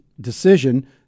decision